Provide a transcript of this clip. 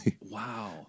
Wow